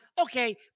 Okay